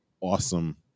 awesome